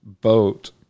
boat